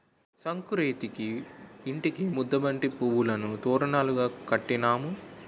సంకురేతిరికి ఇంటికి ముద్దబంతి పువ్వులను తోరణాలు కట్టినాము